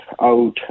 out